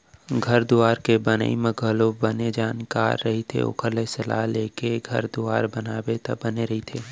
घर दुवार के बनई म घलोक बने जानकार रहिथे ओखर ले सलाह लेके घर दुवार बनाबे त बने रहिथे